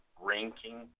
ranking